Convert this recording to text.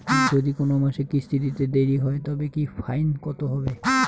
যদি কোন মাসে কিস্তি দিতে দেরি হয় তবে কি ফাইন কতহবে?